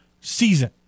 season